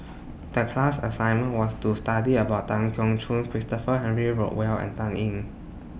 The class assignment was to study about Tan Keong Choon Christopher Henry Rothwell and Dan Ying